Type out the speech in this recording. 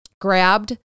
grabbed